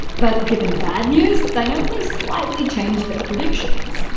but given bad news, they only slightly changed their predictions.